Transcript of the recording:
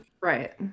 right